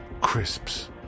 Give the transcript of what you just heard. Crisps